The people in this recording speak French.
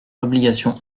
l’obligation